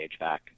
HVAC